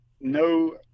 no